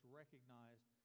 recognized